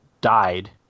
died